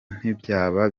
ntibyaba